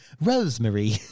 Rosemary